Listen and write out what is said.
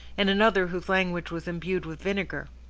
and another whose language was imbued with vinegar.